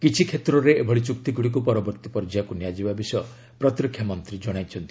କିଛି କ୍ଷେତ୍ରରେ ଏଭଳି ଚୁକ୍ତିଗୁଡ଼ିକୁ ପରବର୍ତ୍ତୀ ପର୍ଯ୍ୟାୟକୁ ନିଆଯିବା ବିଷୟ ପ୍ରତିରକ୍ଷା ମନ୍ତ୍ରୀ ଜଣାଇଛନ୍ତି